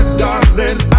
darling